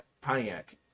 Pontiac